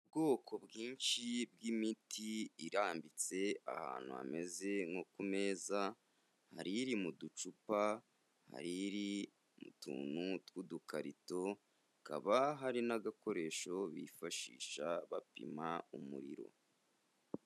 Ubwoko bwinshi bw'imiti irambitse ahantu hameze nko ku meza, hari iri mu ducupa, hari iri mu tuntu tw'udukarito, hakaba hari n'agakoresho bifashisha bapima umuriro.